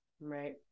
Right